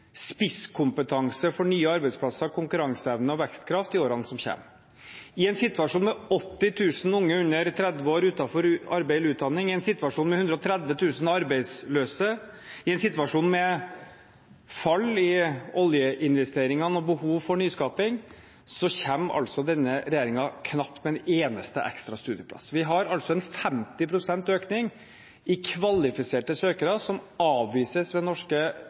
spisskompetanse for nye arbeidsplasser, konkurranseevne og vekstkraft i årene som kommer. I en situasjon med 80 000 unge under 30 år utenfor arbeid eller utdanning, i en situasjon med 130 000 arbeidsløse, i en situasjon med fall i oljeinvesteringene og behov for nyskaping kommer denne regjeringen knapt med en eneste ekstra studieplass. Vi har en 50 pst. økning i kvalifiserte søkere som avvises ved norske